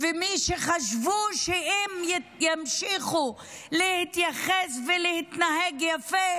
ומי שחשבו שאם ימשיכו להתייחס ולהתנהג יפה,